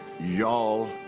Y'all